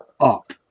up